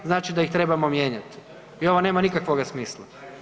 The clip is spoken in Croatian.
Znači da ih trebamo mijenjati i ovo nema nikakvoga smisla.